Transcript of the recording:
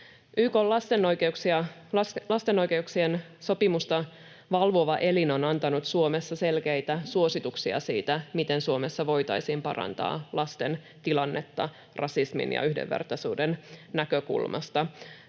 YK:n lasten oikeuksien sopimusta valvova elin on antanut Suomessa selkeitä suosituksia siitä, miten Suomessa voitaisiin parantaa lasten tilannetta rasismin ja yhdenvertaisuuden näkökulmasta.